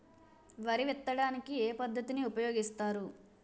వరి విత్తడానికి ఏ పద్ధతిని ఉపయోగిస్తారు?